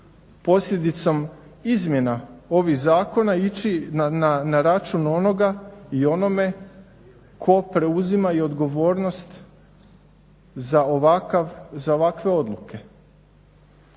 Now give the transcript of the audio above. posljedicom izmjena ovih zakona ići na račun onoga i onome ko preuzima i odgovornost za ovakav, za